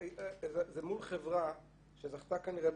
זה מול חברה שזכתה כנראה במכרז,